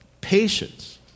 patience